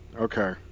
Okay